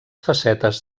facetes